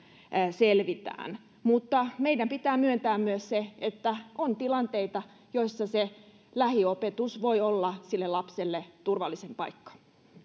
selvitään mutta meidän pitää myöntää myös se että on tilanteita joissa lähiopetus voi olla sille lapselle turvallisin paikka